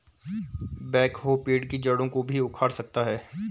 backhoe पेड़ की जड़ों को भी उखाड़ सकता है